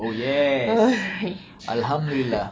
oh yes alhamdulillah